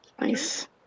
Nice